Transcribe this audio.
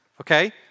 okay